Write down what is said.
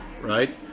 Right